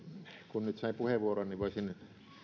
kun nyt sain puheenvuoron niin voisin